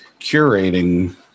curating